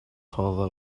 farther